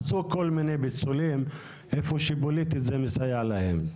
בחודשיים האחרונים עשו כל מיני פיצולים במקומות שזה מסייע להם פוליטית.